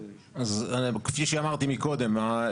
כפי שאמרתי מקודם,